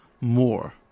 more